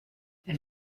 elle